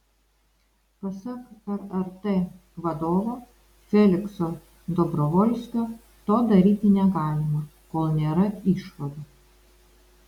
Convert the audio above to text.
pasak rrt vadovo felikso dobrovolskio to daryti negalima kol nėra išvadų